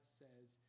says